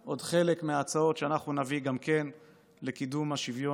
חלק מההצעות שאנחנו נביא לקידום השוויון